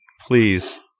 Please